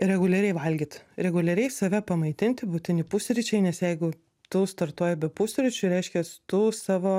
reguliariai valgyt reguliariai save pamaitinti būtini pusryčiai nes jeigu tu startuoji be pusryčių reiškias tu savo